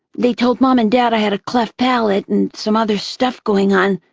they told mom and dad i had a cleft palate and some other stuff going on.